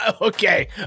Okay